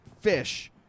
fish